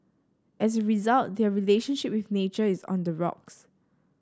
as a result their relationship with nature is on the rocks